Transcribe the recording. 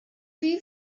wie